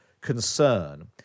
concern